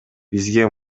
бизге